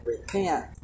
repent